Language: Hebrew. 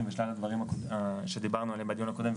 ושלל הדברים שדיברנו עליהם בדיון הקודם,